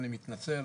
אני מתנצל,